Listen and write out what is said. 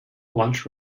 lunch